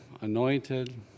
anointed